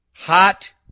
Hot